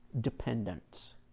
dependence